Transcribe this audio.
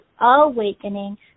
awakening